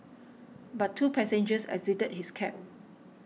but two passengers exited his cab